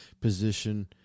position